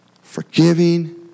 forgiving